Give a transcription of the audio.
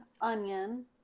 onion